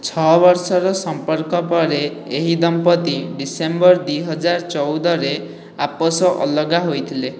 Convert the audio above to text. ଛଅ ବର୍ଷର ସମ୍ପର୍କ ପରେ ଏହି ଦମ୍ପତି ଡିସେମ୍ବର୍ ଦୁଇ ହଜାର ଚଉଦରେ ଆପସ ଅଲଗା ହୋଇଥିଲେ